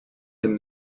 him